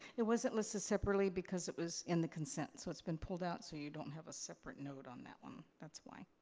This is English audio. it wasn't listed separately because it was in the consent so it's been pulled out so you don't have a separate note on that one, that's why.